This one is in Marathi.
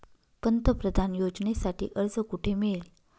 पंतप्रधान योजनेसाठी अर्ज कुठे मिळेल?